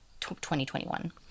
2021